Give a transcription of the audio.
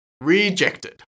rejected